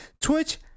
Twitch